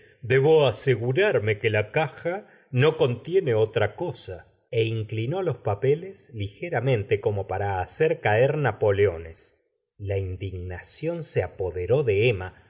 debo asegurarme que la caja no contiene otra cosa e inclinó los papeles ligeramente como para hacer caer napoleones la indignación se apoderó de emma